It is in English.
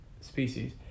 species